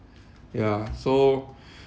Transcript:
ya so